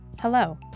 Hello